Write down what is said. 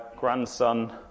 grandson